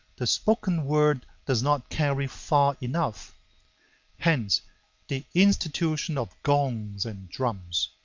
the spoken word does not carry far enough hence the institution of gongs and drums.